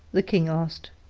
the king asked.